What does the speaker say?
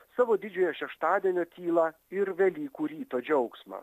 savo didžiojo šeštadienio tylą ir velykų ryto džiaugsmą